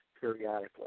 periodically